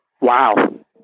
wow